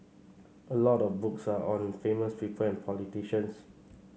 a lot of books are on famous people and politicians